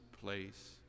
place